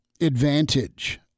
advantage